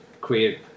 create